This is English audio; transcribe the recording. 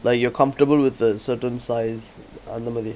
like you're comfortable with a certain size அந்த மாதி:antha mathi